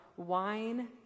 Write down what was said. wine